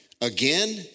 again